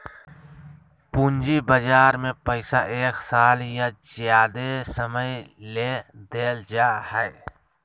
पूंजी बजार में पैसा एक साल या ज्यादे समय ले देल जाय हइ